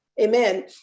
amen